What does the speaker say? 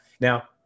Now